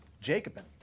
Jacobin